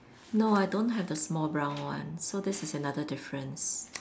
no I don't have the small brown one so this is another difference